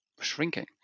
shrinking